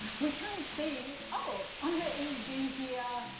we can see, oh! on her eeg, here,